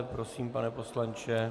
Prosím, pane poslanče.